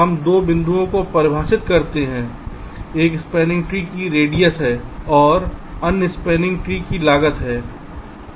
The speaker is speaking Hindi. हम 2 शब्दों को परिभाषित करते हैं एक स्पॅनिंग ट्री की रेडियस है और अन्य स्पॅनिंग ट्री की लागत है